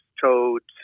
toads